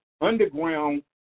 underground